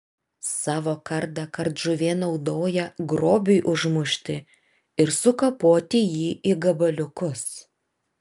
savo kardą kardžuvė naudoja grobiui užmušti ir sukapoti jį į gabaliukus